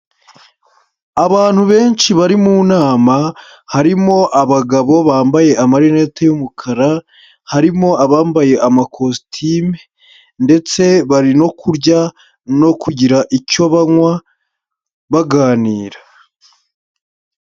Abantu benshi bari mu nama, harimo abagabo bambaye amarinete y'umukara, harimo abambaye amakositime, ndetse bari no kurya no kugira icyo banywa baganira.